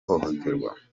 hohoterwa